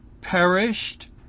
perished